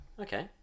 Okay